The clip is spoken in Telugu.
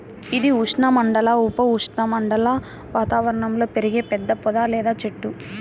ఇది ఉష్ణమండల, ఉప ఉష్ణమండల వాతావరణంలో పెరిగే పెద్ద పొద లేదా చెట్టు